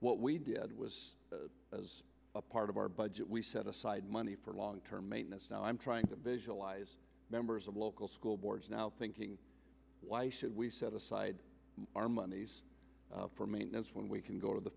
what we did was as a part of our budget we set aside money for long term maintenance so i'm trying to visualize members of local school boards now thinking why should we set aside our money for maintenance when we can go to the